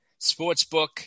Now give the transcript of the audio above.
sportsbook